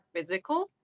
physical